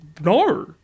No